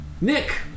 Nick